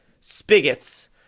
spigots